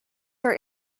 are